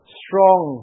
strong